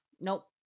Nope